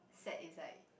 sad is like